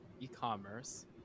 e-commerce